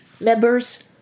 member's